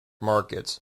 markets